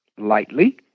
lightly